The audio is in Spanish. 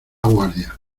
guardia